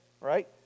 right